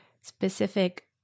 specific